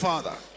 Father